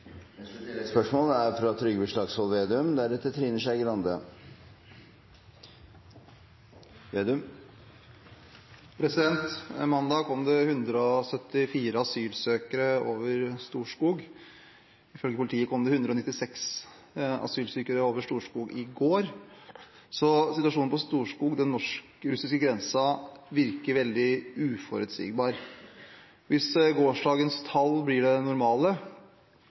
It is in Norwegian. Trygve Slagsvold Vedum – til oppfølgingsspørsmål. På mandag kom det 174 asylsøkere over Storskog. Ifølge politiet kom det 196 asylsøkere over Storskog i går. Situasjonen på Storskog – den norsk-russiske grensen – virker veldig uforutsigbar. Hvis gårsdagens tall blir det normale,